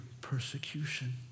persecution